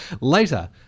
Later